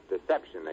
Deception